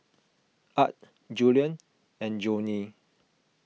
Art Julien and Joanie